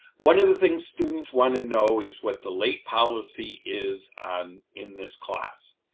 one of the things students want to know is what the late policy is in this class.